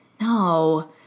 No